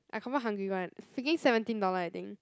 I confirm hungry [one] freaking seventeen dollar I think